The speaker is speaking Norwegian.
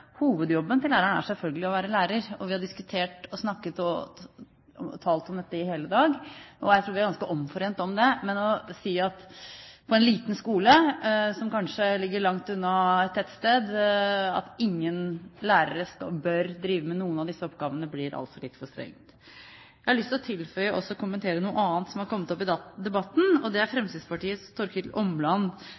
Hovedjobben til læreren er selvfølgelig å være lærer, og vi har diskutert og snakket og talt om dette i hele dag. Jeg tror vi er ganske omforent om det, men å si at ingen lærere på en liten skole, som kanskje ligger langt unna et tettsted, bør drive med noen av disse oppgavene, blir altså litt for strengt. Jeg har lyst til å tilføye og også kommentere noe annet som er kommet opp i debatten, og det er Fremskrittspartiets Torkil